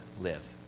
live